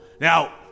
Now